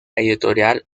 editorial